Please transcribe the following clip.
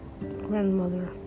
grandmother